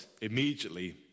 immediately